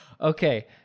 Okay